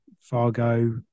Fargo